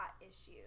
issues